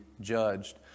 judged